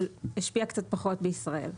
השפיעו קצת פחות בישראל.